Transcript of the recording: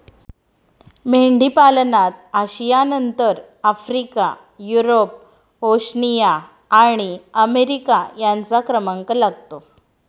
मेंढीपालनात आशियानंतर Africa, Europe, Oceania आणि अमेरिका यांचा क्रमांक लागतो